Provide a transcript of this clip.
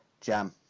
Jam